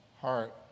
heart